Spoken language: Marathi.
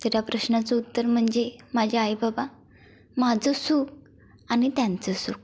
तर या प्रश्नाचं उत्तर म्हणजे माझे आई बाबा माझं सुख आणि त्यांचं सुख